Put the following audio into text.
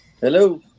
Hello